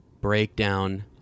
breakdown